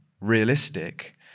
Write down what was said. realistic